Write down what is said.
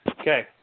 Okay